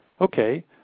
Okay